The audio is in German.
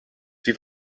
sie